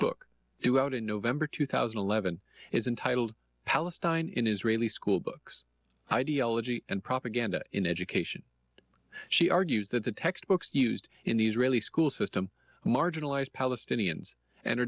book due out in november two thousand and eleven is entitled palestine in israeli schoolbooks ideology and propaganda in education she argues that the textbooks used in the israeli school system marginalize palestinians and are